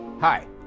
Hi